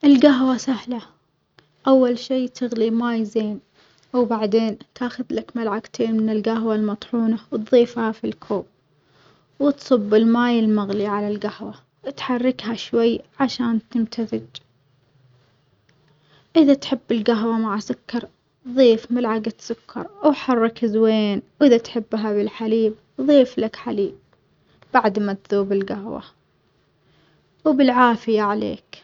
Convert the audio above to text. الجهوة سهلة أول شي تغلي ماي زين وبعدين تاخدلك ملعجتين من الجهوة المطحونة وتظيفها في الكوب وتصب الماي المغلي على الجهوة، وتحركها شوي عشان تمتزج إذا تحب الجهوة مع سكر ظيف ملعجة سكر وحرك زوين وإذا تحبها بالحليب ظيفلك حليب بعد ما تذوب الجهوة وبالعافية عليك.